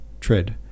tread